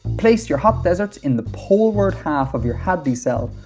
place your hot deserts in the poleward half of your hadley cell,